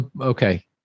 Okay